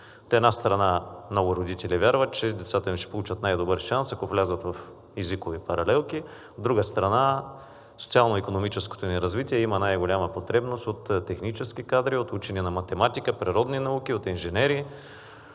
От една страна, много родители вярват, че децата им ще получат най-добър шанс, ако влязат в езикови паралелки. От друга страна, социално икономическото ни развитие има най-голяма потребност от технически кадри, от учене на математика, природни науки, от инженери.